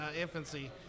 infancy